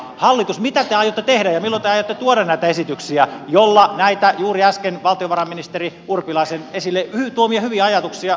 hallitus mitä te aiotte tehdä ja milloin te aiotte tuoda näitä esityksiä joilla näitä juuri äsken valtiovarainministeri urpilaisen esille tuomia hyviä ajatuksia saadaan eteenpäin